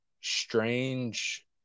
Strange